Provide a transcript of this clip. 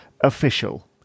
official